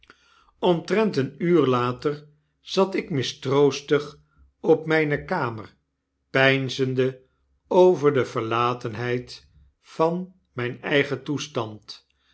omtrent een uur later zat ik mistroostig op myne kamer peinzende over de verlatenheid van myn eigen toestand